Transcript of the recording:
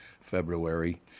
February